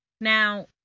now